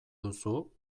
duzu